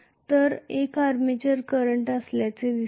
इतर एक armature current असल्याचे दिसते